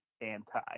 anti